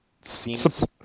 seems